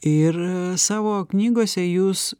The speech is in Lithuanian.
ir savo knygose jūs